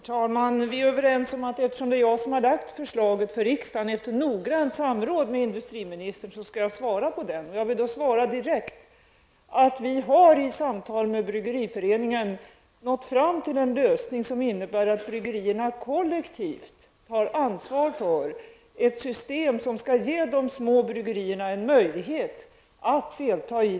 Herr talman! Vi är överens om att jag, eftersom det är jag som har förelagt riksdagen förslaget i fråga, efter noggrant samråd med industriministern, skall svara på den fråga som här har ställts. Jag svarar direkt att vi vid samtal med Bryggeriföreningen har kommit fram till en lösning som innebär att bryggerierna kollektivt tar ett ansvar för ett system som skall ge de små bryggerierna möjlighet att delta.